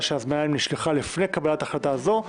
שההזמנה אליהן נשלחה לפני קבלתה של החלטה זו,